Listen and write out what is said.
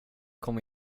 kom